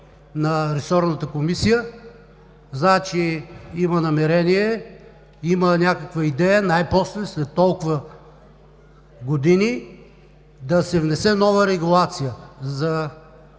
на ресорната комисия. Знам, че има намерение, има някаква идея най-после след толкова години да се внесе нова регулация за